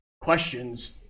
questions